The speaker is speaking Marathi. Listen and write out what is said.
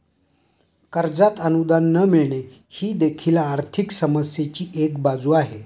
कर्जात अनुदान न मिळणे ही देखील आर्थिक समस्येची एक बाजू आहे